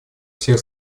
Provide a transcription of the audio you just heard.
всех